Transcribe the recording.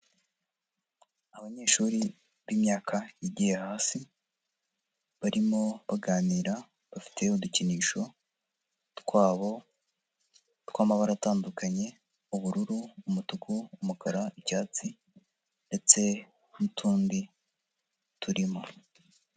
Abanyeshuri b'imyaka igiye hasi, barimo baganira, bafite udukinisho twabo, tw'amabara atandukanye, ubururu, umutuku, umukara, icyatsi, ndetse n'utundi turimo.